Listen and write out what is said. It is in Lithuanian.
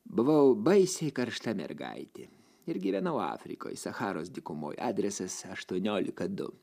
buvau baisiai karšta mergaitė ir gyvenau afrikoj sacharos dykumoj adresas aštuoniolika du